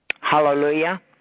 Hallelujah